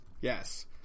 Yes